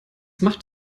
macht